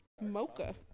Mocha